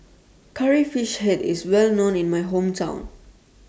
Curry Fish Head IS Well known in My Hometown